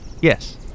Yes